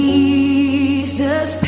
Jesus